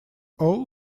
all